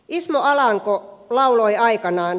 ismo alanko lauloi aikanaan